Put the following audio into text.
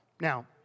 Now